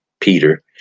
Peter